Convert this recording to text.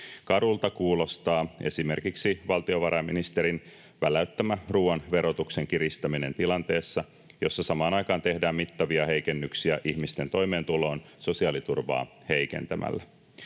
Karulta kuulostaa esimerkiksi valtiovarainministerin väläyttämä ruuan verotuksen kiristäminen tilanteessa, jossa samaan aikaan tehdään mittavia heikennyksiä ihmisten toimeentuloon sosiaaliturvaa heikentämällä.